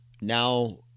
now